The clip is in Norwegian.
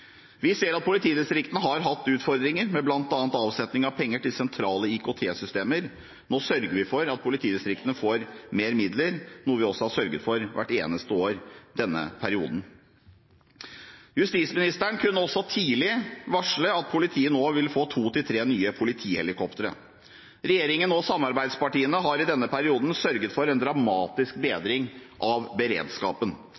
Vi ser at politidistriktene har hatt utfordringer med bl.a. avsetning av penger til sentrale IKT-systemer. Nå sørger vi for at politidistriktene får mer midler, noe vi også har gjort hvert eneste år i denne perioden. Justisministeren kunne også tidlig varsle at politiet nå vil få to til tre nye politihelikoptre. Regjeringen og samarbeidspartiene har i denne perioden sørget for en dramatisk